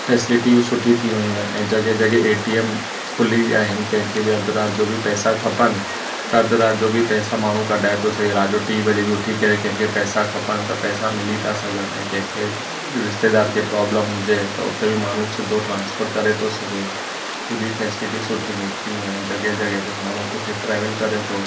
फैसलिटियूं सुठी थी वियूं आहिनि ऐं जॻह जॻह ए टी एम खुली विया आहिनि कंहिंखे बि अधि राति जो बि पैसा खपनि त अधि राति जो बि पैसा माण्हू कढाए थो सघे राति जो टी वजे बि उथी करे कंहिंखे पैसा खपनि त पैसा मिली था सघनि ऐं कंहिंखे रिश्तेदार खे प्रॉब्लम हुजे त हुते बि माण्हू सिधो ट्रांसफर करे थो सघे हीअ बि फैसलिटी सुठी निकितियूं आहिनि जॻह जॻह ते माण्हू खे किथे ट्रैवल करे थो